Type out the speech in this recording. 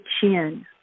chin